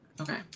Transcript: Okay